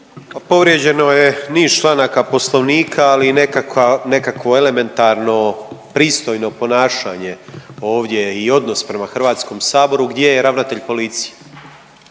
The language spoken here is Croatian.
Povrijeđeno je niz članaka Poslovnika, ali neka, nekakvo elementarno pristojno ponašanje ovdje i odnos prema Hrvatskom saboru, gdje je ravnatelj policije?